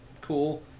cool